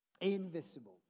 invisible